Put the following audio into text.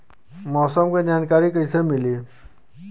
मौसम के जानकारी कैसे मिली?